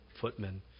footmen